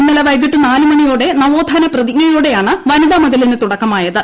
ഇന്നലെ വൈകിട്ട് നാലു മണിയോടെ നവോത്ഥാന പ്രതിജ്ഞയോടെയാണ് വനിതാ മതിലിന് തുടക്കമായത്